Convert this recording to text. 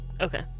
Okay